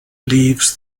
leaves